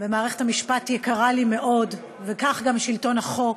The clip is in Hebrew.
ומערכת המשפט יקרה לי מאוד, וכך גם שלטון החוק,